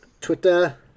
Twitter